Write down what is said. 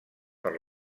per